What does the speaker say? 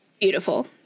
beautiful